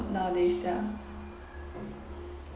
nowadays ya